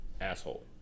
asshole